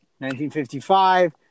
1955